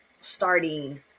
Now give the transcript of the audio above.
starting